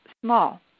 small